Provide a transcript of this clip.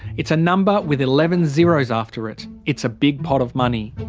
it's a number with eleven zeros after it. it's a big pot of money.